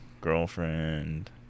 girlfriend